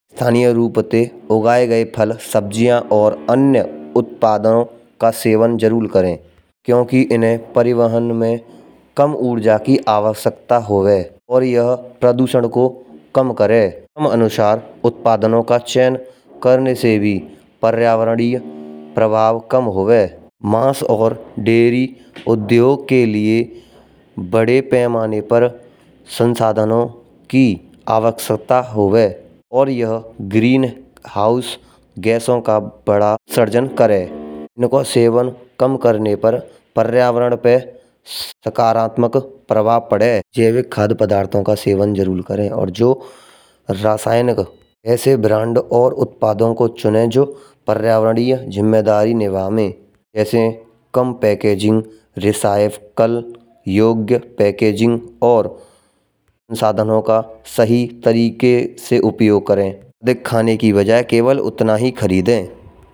स्थानीय रूप ते उगाये गए फल सब्जियाँ और अन्य उत्पादों का सेवन जरूर करें। क्यूंकी इन्हें परिवहन में कम ऊर्जा की आवश्यकता होवे। और यह प्रदूषण को कम करें अनुसार उत्पादनों का चयन करने से भी पर्यावरण प्रभाव कम होवे। मांस और डेयरी उद्योग के लिए बड़े पैमाने पर संसाधनों की आवश्यकता होवे। और यह ग्रीन हाउस गैसों का बढ़ा सृजन करें। इनको सेवन कम करने पर पर्यावरण पर सकारात्मक प्रभाव पड़े जैविक खाद्य पदार्थों का सेवन जरूर करें। और जो रासायनिक ऐसे ब्रांड और उत्पादों को चुनें जो पर्यावरण जिम्मेदारी निभावे, जैसे कम पैकेजिंग रिसायकल योग्य पैकेजिंग। और संसाधनों का सही तरीके से उपयोग करें। दिखाने की वजह केवल उतना ही खरीदें।